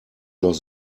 noch